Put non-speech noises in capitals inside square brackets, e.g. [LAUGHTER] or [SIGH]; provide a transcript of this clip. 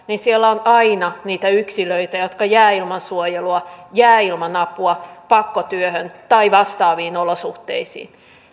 [UNINTELLIGIBLE] niin siellä on aina niitä yksilöitä jotka jäävät ilman suojelua jäävät ilman apua pakkotyöhön tai vastaaviin olosuhteisiin